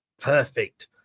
perfect